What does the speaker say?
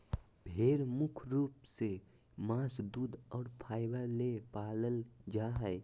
भेड़ मुख्य रूप से मांस दूध और फाइबर ले पालल जा हइ